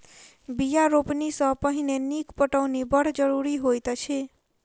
बीया रोपनी सॅ पहिने नीक पटौनी बड़ जरूरी होइत अछि